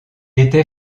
était